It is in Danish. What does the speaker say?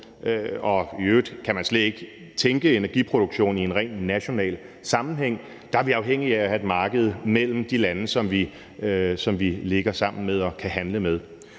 I øvrigt kan man slet ikke tænke energiproduktion i en ren national sammenhæng; der er vi afhængige af at have et marked mellem de lande, som vi ligger sammen med og kan handle med.